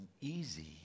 easy